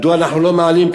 מדוע אנחנו לא מעלים,